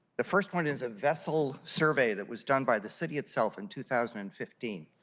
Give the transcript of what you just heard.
the first one is a best old survey that was done by the city itself in two thousand and fifteen.